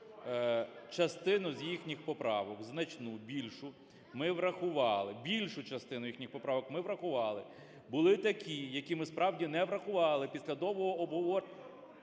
більшу частину їхніх поправок ми врахували. Були такі, які ми справді не врахували